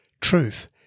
truth